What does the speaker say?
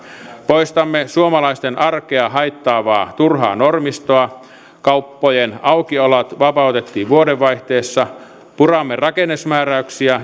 poistamme suomalaisten arkea haittaavaa turhaa normistoa kauppojen aukioloajat vapautettiin vuodenvaihteessa puramme rakennusmääräyksiä